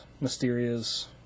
mysterious